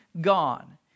gone